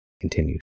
continued